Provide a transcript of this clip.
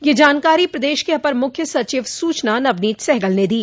यह जानकारी प्रदेश के अपर मुख्य सचिव सूचना नवनीत सहगल ने दी